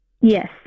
Yes